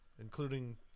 including